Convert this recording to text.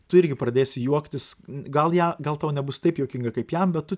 tu irgi pradėsi juoktis gal ją gal tau nebus taip juokinga kaip jam bet tu